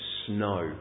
snow